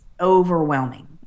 overwhelming